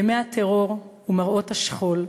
ימי הטרור ומראות השכול,